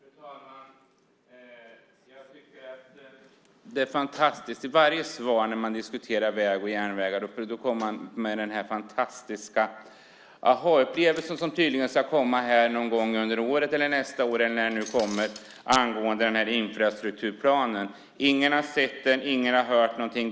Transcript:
Fru talman! Jag tycker att det är fantastiskt. I varje svar när man diskuterar vägar och järnvägar kommer man med den här fantastiska ahaupplevelsen som tydligen ska komma någon gång under året eller nästa år eller när det blir angående den här infrastrukturplanen. Ingen har sett den, ingen har hört någonting.